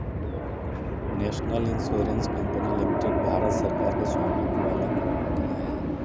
national insurance company limited Bharat सरकार के स्वामित्व वाला कंपनी हई